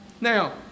Now